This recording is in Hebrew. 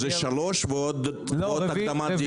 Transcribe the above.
זה שלוש ישיבות ועוד הקדמת דיון.